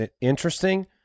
interesting